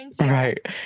Right